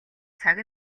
цаг